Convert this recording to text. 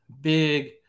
big